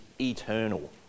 eternal